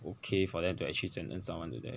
okay for them to actually sentence someone to death